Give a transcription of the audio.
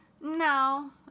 no